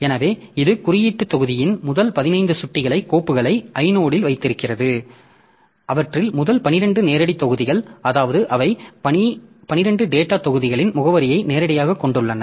எனவே இது குறியீட்டுத் தொகுதியின் முதல் 15 சுட்டிகளை கோப்புகளை ஐனோடில் வைத்திருக்கிறது அவற்றில் முதல் 12 நேரடித் தொகுதிகள் அதாவது அவை முதல் 12 டேட்டாத் தொகுதிகளின் முகவரிகளை நேரடியாகக் கொண்டுள்ளன